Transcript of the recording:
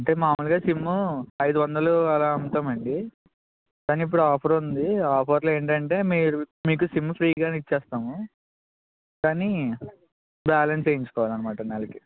అంటే మాములుగా సిమ్ ఐదు వందలు అలా అమ్ముతాం అండి కానీఇప్పుడు ఆఫర్ ఉంది ఆఫర్లో ఏంటంటే మీరు మీకు సిమ్ ఫ్రీగా ఇస్తాము కాని బ్యాన్స్ వేయించుకోవాలి అన్నమాట నెలకి